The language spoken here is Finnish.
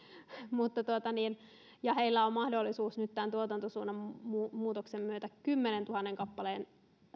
ja heillä on mahdollisuus nyt tämän tuotantosuunnan muutoksen myötä kymmeneentuhanteen kappaleen